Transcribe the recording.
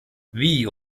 wie